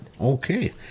Okay